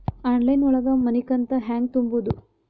Online ಒಳಗ ಮನಿಕಂತ ಹ್ಯಾಂಗ ತುಂಬುದು?